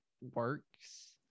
works